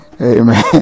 Amen